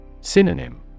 Synonym